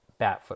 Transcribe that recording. Batfoot